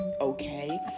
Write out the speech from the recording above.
Okay